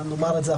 נאמר את זה,